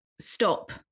stop